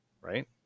right